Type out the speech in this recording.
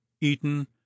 eton